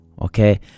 Okay